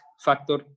factor